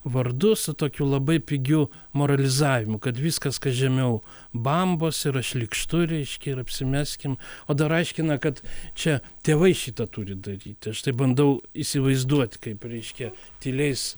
vardu su tokiu labai pigiu moralizavimu kad viskas kas žemiau bambos yra šlykštu reiškia ir apsimeskim o dar aiškina kad čia tėvai šitą turi daryti aš tai bandau įsivaizduot kaip reiškia tyliais